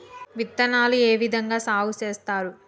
విత్తనాలు ఏ విధంగా సాగు చేస్తారు?